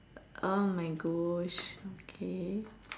oh my Gosh okay